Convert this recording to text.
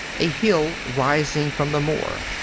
a hill rising from the moor.